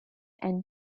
and